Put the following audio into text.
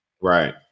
Right